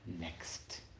next